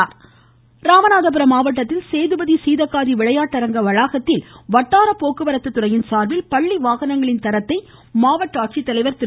ம் ம் ம் ம் ம் ம பள்ளிவாகன ஆய்வு ராமநாதபுரம் மாவட்டத்தில் சேதுபதி சீதக்காதி விளையாட்டரங்க வளாகத்தில் வட்டார போக்குவரத்து துறையின் சார்பில் பள்ளி வாகனங்களின் தரத்தை மாவட்ட ஆட்சித்தலைவர் திரு